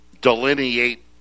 delineate